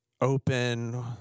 open